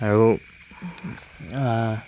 আৰু